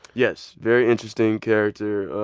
yes, very interesting character.